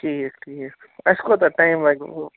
ٹھیٖک ٹھیٖک اَسہِ کوتاہ ٹایِم لَگہِ وٕ